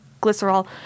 glycerol